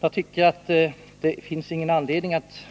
Jag tycker att det inte finns någon anledning att